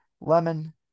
Lemon